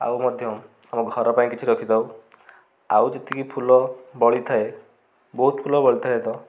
ଆଉ ମଧ୍ୟ ଆମ ଘର ପାଇଁ କିଛି ରଖିଥାଉ ଆଉ ଯେତିକି ଫୁଲ ବଳିଥାଏ ବହୁତ ଫୁଲ ବଳିଥାଏ ତ